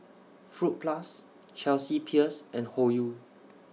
Fruit Plus Chelsea Peers and Hoyu